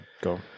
go